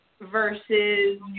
versus